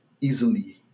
easily